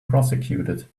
prosecuted